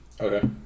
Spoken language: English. Okay